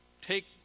take